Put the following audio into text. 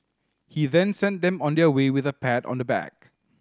he then sent them on their way with a pat on the back